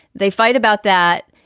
they fight about that.